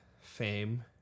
fame